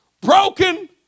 broken